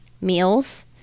meals